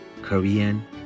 Korean